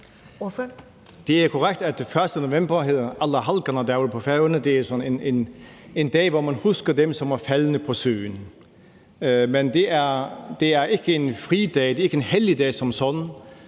Det er korrekt, at den 1. november hedder allahalgannadagur på Færøerne – det er sådan en dag, hvor man husker dem, som er omkomne på søen. Men det er ikke en fridag; det er ikke en helligdag som sådan.